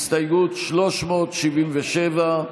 הסתייגות 377,